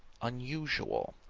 unusual.